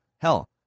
hell